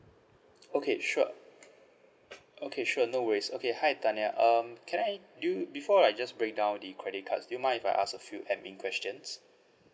okay sure okay sure no worries okay hi tanya um can I do do you before like I just break down the credit cards do you mind if I ask a few admin questions